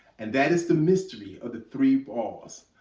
and that is the mystery of the three balls.